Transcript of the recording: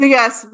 Yes